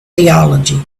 theology